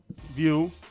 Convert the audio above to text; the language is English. view